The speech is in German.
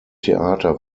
theater